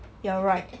you're right